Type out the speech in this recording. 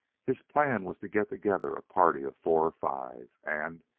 his plan was to get together a party of four or five, and,